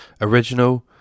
Original